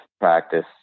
practice